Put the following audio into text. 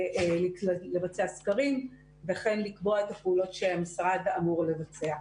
לבצע סקרים וכן לקבוע את הפעולות שהמשרד אמור לבצע.